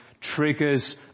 triggers